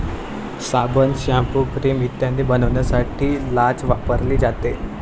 साबण, shampoo, cream इत्यादी बनवण्यासाठी लाच वापरली जाते